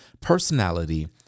personality